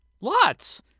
Lots